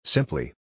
Simply